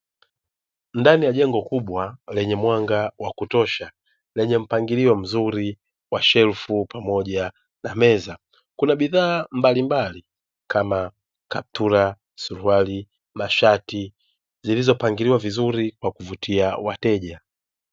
Ndani ya jengo kubwa lenye mwanga wa kutosha lenye mpangilio mzuri wa shelfu pamoja na meza, kuna bidhaa mbalimbali kama kaputura, suruali, mashati zilizo pangiliwa vizuri kwa kuvutia wateja.